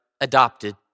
adopted